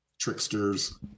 tricksters